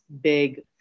big